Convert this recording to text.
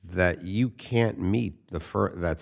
that you can't meet the fir that